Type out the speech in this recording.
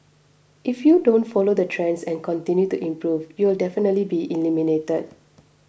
if you don't follow the trends and continue to improve you'll definitely be eliminated